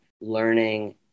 learning